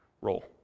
role